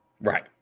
right